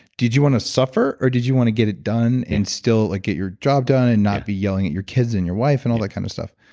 did you want to suffer or did you want to get it done and still like get your job done and not be yelling at your kids and your wife and all that kind of stuff?